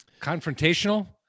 Confrontational